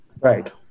Right